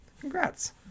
Congrats